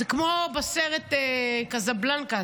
זה כמו בסרט קזבלנקה,